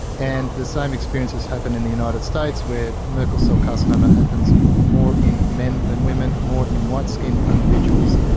and the same experience has happened in the united states where merkel cell carcinoma happens more in men than women, more in white skinned individuals.